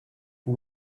who